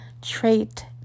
trait